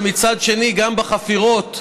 ומצד שני גם בחפירות,